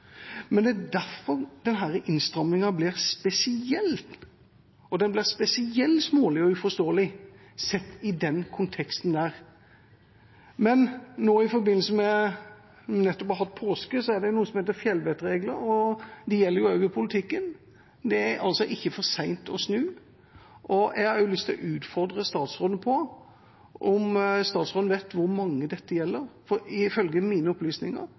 men det er derfor denne innstrammingen blir spesiell, og den blir spesielt smålig og uforståelig sett i den konteksten. Men i forbindelse med at vi nettopp har hatt påske, er det jo noe som heter fjellvettregler, og de gjelder også i politikken – det er altså ikke for sent å snu. Jeg har også lyst til å utfordre statsråden på om hun vet hvor mange dette gjelder, for ifølge mine opplysninger